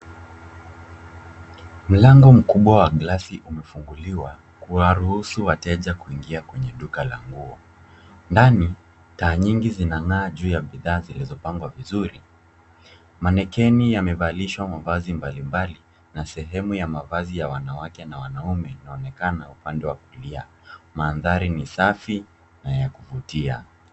Mlango mkubwa wa glasi umefunguliwa kuwaruhusu wateja kuingia kwenye duka la nguo. Ndani taa nyingi zinang'aa juu ya bidhaa zilizopangwa vizuri. Manekeni yamevalishwa mavazi mbalimbali na sehemu ya mavazi ya wanawake na wanaume inaonekana upande wa kulia. Mandhari ni safi na ya kuvutia.